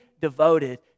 devoted